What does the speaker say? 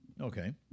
Okay